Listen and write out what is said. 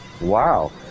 Wow